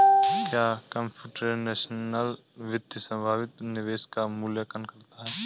क्या कंप्यूटेशनल वित्त संभावित निवेश का मूल्यांकन करता है?